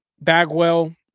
Bagwell